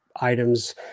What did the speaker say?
items